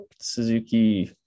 Suzuki